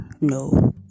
no